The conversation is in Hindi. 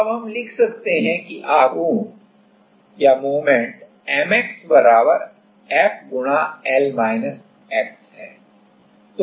अब हम लिख सकते हैं कि आघूर्ण M x F है